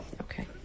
okay